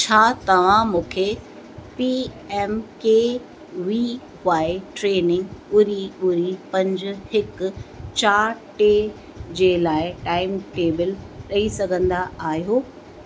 छा तव्हां मूंखे P M K V Y training ॿुड़ी ॿुड़ी पंज हिकु चारि टे जे लाइ टाइमटेबल ॾई सघंदा आहियो